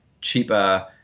cheaper